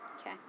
Okay